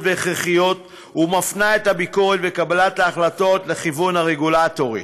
והכרחיות ומפנה את הביקורת וקבלת ההחלטות לכיוון הרגולטורית.